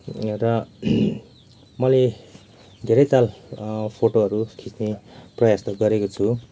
एउटा मैले धेरैताल फोटोहरू खिच्ने प्रयास त गरेको छु